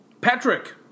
Patrick